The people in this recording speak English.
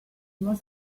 was